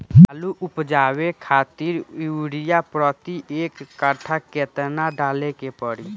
आलू उपजावे खातिर यूरिया प्रति एक कट्ठा केतना डाले के पड़ी?